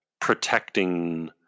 protecting